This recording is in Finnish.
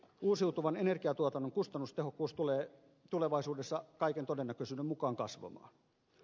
uusiutuvan energiantuotannon kustannustehokkuus tulee tulevaisuudessa kaiken todennäköisyyden mukaan kasvamaan